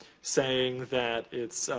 saying that it's